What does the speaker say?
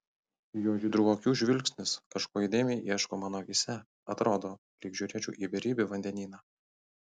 jo žydrų akių žvilgsnis kažko įdėmiai ieško mano akyse atrodo lyg žiūrėčiau į beribį vandenyną